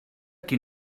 qui